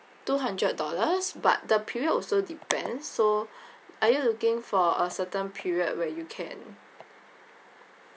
two hundred dollars but the period also depend so are you looking for a certain period where you can